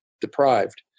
deprived